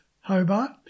Hobart